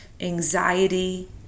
anxiety